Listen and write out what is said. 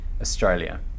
Australia